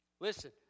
Listen